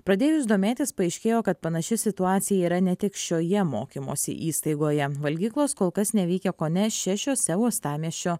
pradėjus domėtis paaiškėjo kad panaši situacija yra ne tik šioje mokymosi įstaigoje valgyklos kol kas neveikia kone šešiose uostamiesčio